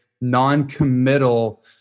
non-committal